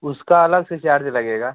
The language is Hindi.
उसका अलग से चार्ज लगेगा